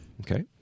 Okay